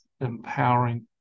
empowering